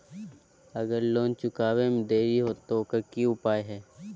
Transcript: अगर लोन चुकावे में देरी होते तो ओकर की उपाय है?